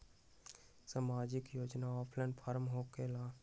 समाजिक योजना offline form होकेला?